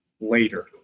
later